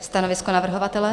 Stanovisko navrhovatele?